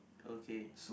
okay